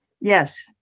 Yes